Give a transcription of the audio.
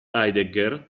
heidegger